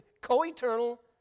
co-eternal